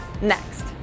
Next